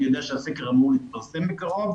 אני יודע שהסקר אמור להתפרסם בקרוב.